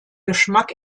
geschmack